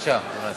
בבקשה, אדוני השר.